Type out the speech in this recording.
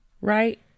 Right